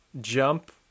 jump